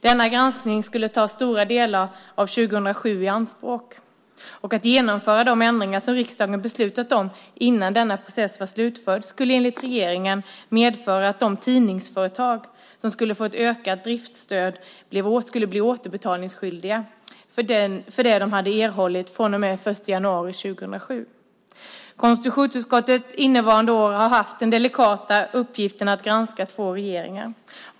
Denna granskning skulle ta stora delar av 2007 i anspråk, och att genomföra de ändringar som riksdagen beslutat om innan denna process var slutförd skulle enligt regeringen medföra att de tidningsföretag som skulle få ett ökat driftsstöd blev återbetalningsskyldiga för det de hade erhållit från och med den 1 januari 2007. Konstitutionsutskottet har innevarande år haft den delikata uppgiften att granska två regeringar.